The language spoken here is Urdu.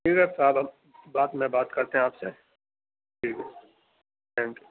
ٹھیک ہے صاحب ہم بعد میں بات کرتے ہیں آپ سے ٹھیک ہے تھینک یو